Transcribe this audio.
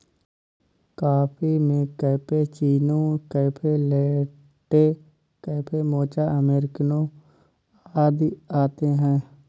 coffee में cappuccino, cafe latte, cafe mocha, अमेरिकनों आदि आते है